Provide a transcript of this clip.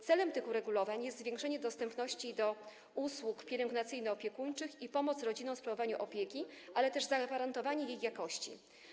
Celem tych uregulowań jest zwiększenie dostępności usług pielęgnacyjno-opiekuńczych i pomoc rodzinom w sprawowaniu opieki, ale też zagwarantowanie jej jakości.